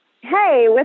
Hey